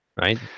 right